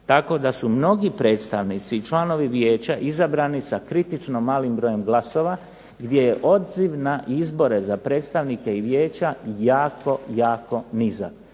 Tako da su mnogi predstavnici i članovi vijeća izabrani sa kritično malim brojem glasova gdje je odziv na izbore za predstavnike i vijeća jako, jako nizak.